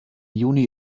juni